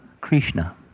Krishna